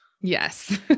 Yes